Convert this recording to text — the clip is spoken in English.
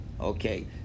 okay